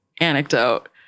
anecdote